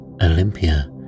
Olympia